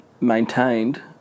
maintained